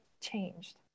changed